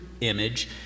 image